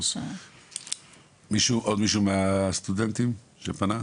עוד מישהו מהסטודנטים שפנה?